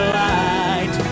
light